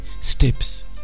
steps